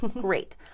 Great